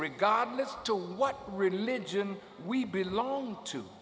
regardless to what religion we belong to